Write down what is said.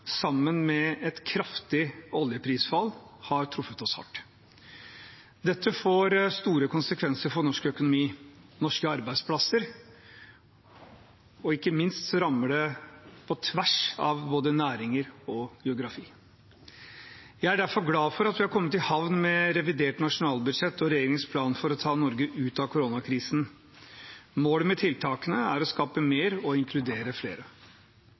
sammen med et kraftig oljeprisfall, har truffet oss hardt. Dette får store konsekvenser for norsk økonomi og norske arbeidsplasser og ikke minst rammer det på tvers av både næringer og geografi. Jeg er derfor glad for at vi har kommet i havn med revidert nasjonalbudsjett og regjeringens plan for å ta Norge ut av koronakrisen. Målet med tiltakene er å skape mer og inkludere flere.